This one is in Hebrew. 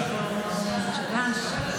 אני לא יכולה, יש רעש.